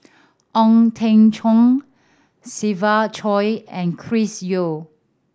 Ong Teng Cheong Siva Choy and Chris Yeo